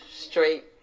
straight